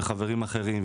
וחברים אחרים,